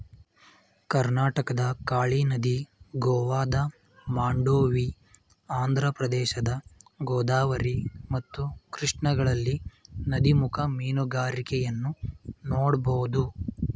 ಕರ್ನಾಟಕದ ಕಾಳಿ ನದಿ, ಗೋವಾದ ಮಾಂಡೋವಿ, ಆಂಧ್ರಪ್ರದೇಶದ ಗೋದಾವರಿ ಮತ್ತು ಕೃಷ್ಣಗಳಲ್ಲಿ ನದಿಮುಖ ಮೀನುಗಾರಿಕೆಯನ್ನು ನೋಡ್ಬೋದು